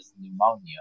pneumonia